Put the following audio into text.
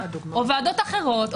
ועדות אחרות,